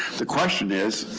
the question is,